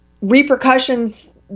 repercussions